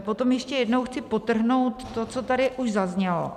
Potom ještě jednou chci podtrhnout, co tady už zaznělo.